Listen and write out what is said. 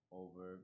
over